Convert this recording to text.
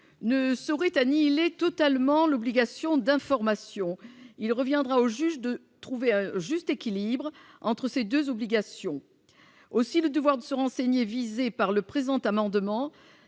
ne saurait annihiler totalement l'obligation d'information, il reviendra aux juges de trouver un juste équilibre entre ces 2 obligations aussi le devoir de se renseigner visés par le présent amendement